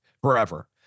forever